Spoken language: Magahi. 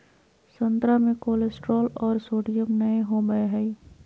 संतरा मे कोलेस्ट्रॉल और सोडियम नय होबय हइ